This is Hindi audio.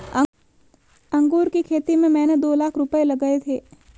अंगूर की खेती में मैंने दो लाख रुपए लगाए थे